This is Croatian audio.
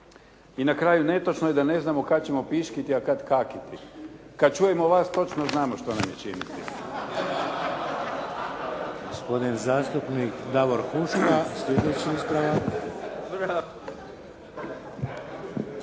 I na kraju netočno je da ne znamo kada ćemo piškiti a kada kakiti. Kada čujemo vas, točno znamo što nam je činiti.